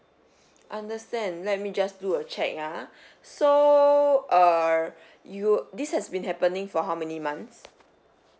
understand let me just do a check ah so err you this has been happening for how many months